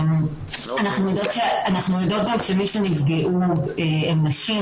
אנחנו יודעות שמי שנפגעו הן נשים,